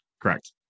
Correct